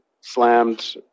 slammed